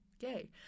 gay